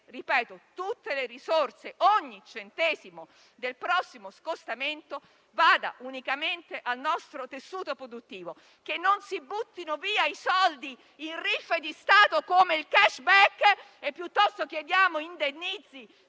che tutte le risorse, ogni centesimo del prossimo scostamento, vadano unicamente al nostro tessuto produttivo, che non si buttino via i soldi in riffe di Stato come il *cashback*! Piuttosto chiediamo indennizzi